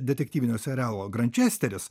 detektyvinio serialo grančesteris